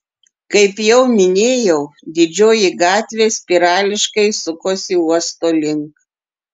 kaip jau minėjau didžioji gatvė spirališkai sukosi uosto link